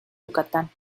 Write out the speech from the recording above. yucatán